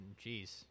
jeez